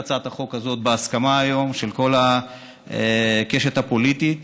הצעת החוק הזאת בהסכמה של כל הקשת הפוליטית.